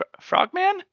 Frogman